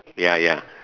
ya ya